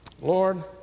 Lord